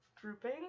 drooping